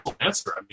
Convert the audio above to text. answer